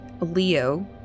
Leo